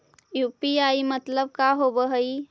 UPI मतलब का होब हइ?